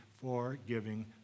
forgiving